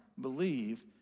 believe